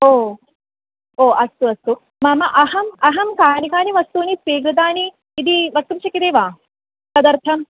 ओ ओ अस्तु अस्तु मम अहम् अहं कानि कानि वस्तूनि स्वीकृतानि इति वक्तुं शक्यते वा तदर्थम्